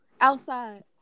outside